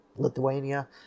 Lithuania